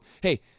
hey